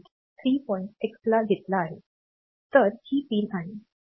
X ला घेतात तर ही पिन आहे